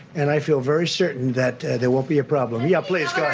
and i feel very certain that there won't be a problem. yeah, please, go